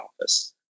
office